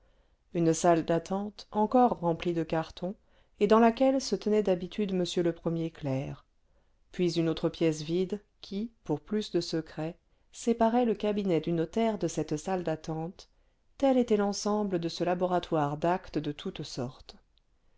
une salle d'attente encore remplie de cartons et dans laquelle se tenait d'habitude m le premier clerc puis une autre pièce vide qui pour plus de secret séparait le cabinet du notaire de cette salle d'attente tel était l'ensemble de ce laboratoire d'actes de toutes sortes